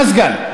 מזגן.